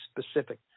specific